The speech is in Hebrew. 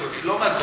אדוני?